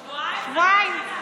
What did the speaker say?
שבועיים.